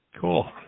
Cool